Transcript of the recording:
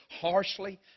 harshly